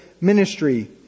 ministry